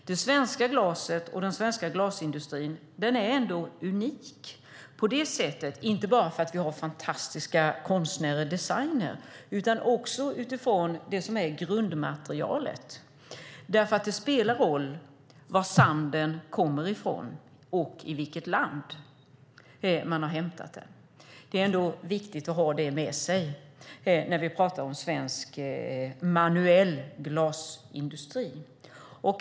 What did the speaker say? Det svenska glaset och den svenska glasindustrin är ändå unika, inte bara för att vi har fantastiska konstnärer och designer utan också utifrån grundmaterialet. Det spelar nämligen roll var sanden kommer ifrån och i vilket land man har hämtat den. Det är viktigt att ha detta med sig när vi pratar om svensk manuell glasindustri.